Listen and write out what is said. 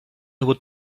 would